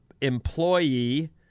employee